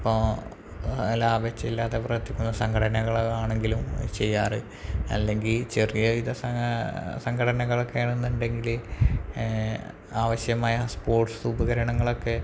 ഇപ്പോൾ ലാഭേച്ഛ ഇല്ലാത്തെ പ്രവർത്തിക്കുന്ന സംഘടനകൾ ആണെങ്കിലും ചെയ്യാറ് അല്ലെങ്കിൽ ചെറിയ വികസന സംഘടനകളൊക്കെ ആണെന്നുണ്ടെങ്കിൽ ആവശ്യമായ സ്പോട്ടുസുപകരണങ്ങളൊക്കെ